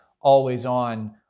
always-on